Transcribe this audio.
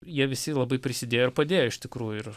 jie visi labai prisidėjo ir padėjo iš tikrųjų ir